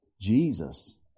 Jesus